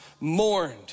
mourned